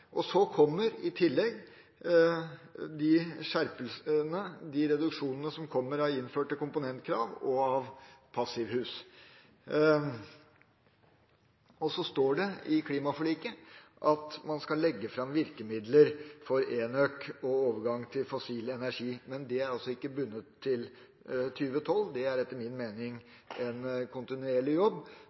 2020. Så kommer i tillegg skjerpelsene, reduksjonene, på grunn av innførte komponentkrav og av passivhus. Det står i klimaforliket at man skal legge fram virkemidler for enøk og overgang fra fossil energi. Men det er altså ikke bundet til 2012, det er etter min mening en kontinuerlig jobb